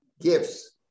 gifts